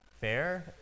fair